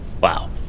Wow